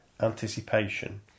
anticipation